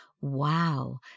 Wow